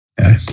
Okay